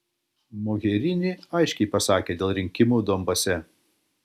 mogherini aiškiai pasakė dėl rinkimų donbase